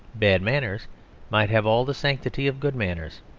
bad manners might have all the sanctity of good manners.